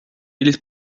eles